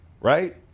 right